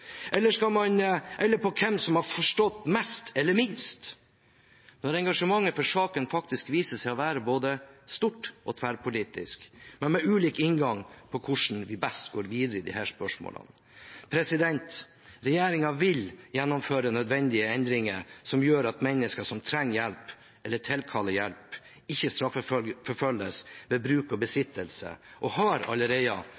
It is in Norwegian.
eller på hvem som har forstått mest eller minst, når engasjementet for saken faktisk viser seg å være både stort og tverrpolitisk, men med ulik inngang til hvordan vi best går videre i disse spørsmålene? Regjeringen vil gjennomføre nødvendige endringer som gjør at mennesker som trenger eller tilkaller hjelp, ikke straffeforfølges ved bruk og